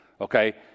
okay